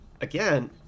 again